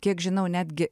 kiek žinau netgi